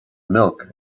milk